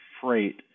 freight